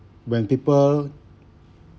when people